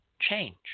change